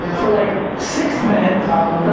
for like six men